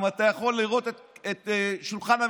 אם אתה יכול לראות את שולחן הממשלה,